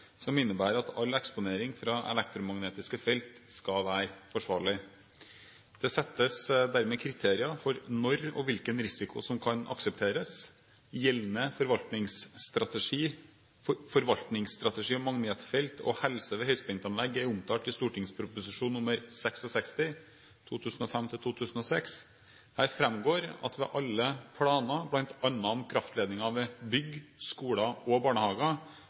som innebærer at all eksponering fra elektromagnetiske felt skal være forsvarlig. Det settes dermed kriterier for når og hvilken risiko som kan aksepteres. Gjeldende forvaltningsstrategi om magnetfelt og helse ved høyspentanlegg er omtalt i St.prp. nr. 66 for 2005–2006. Her fremgår at ved alle planer, bl.a. om kraftledninger ved bygg, skoler og barnehager,